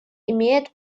имеет